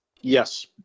Yes